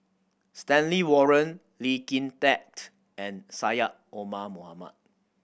Stanley Warren Lee Kin Tat and Syed Omar Mohamed